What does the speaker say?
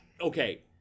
okay